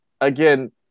again